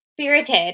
spirited